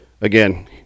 again